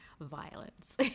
violence